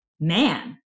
man